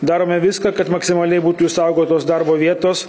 darome viską kad maksimaliai būtų išsaugotos darbo vietos